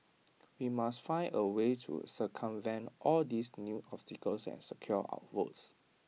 we must find A way to circumvent all these new obstacles and secure our votes